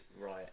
right